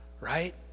right